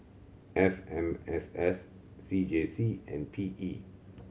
F M S S C J C and P E